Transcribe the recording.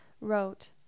wrote